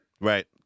right